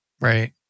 right